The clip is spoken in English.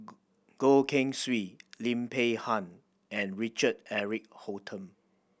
Goh Keng Swee Lim Peng Han and Richard Eric Holttum